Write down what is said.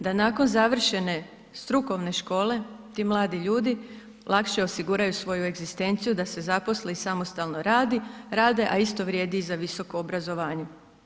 Da nakon završene strukovne škole ti mladi ljudi lakše osiguraju svoju egzistenciju, da se zaposle i samostalno rade, a isto vrijedi i za visoko obrazovanje.